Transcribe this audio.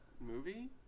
movie